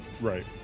Right